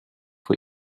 for